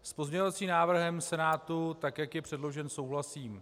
S pozměňovacím návrhem Senátu, tak jak je předložen, souhlasím.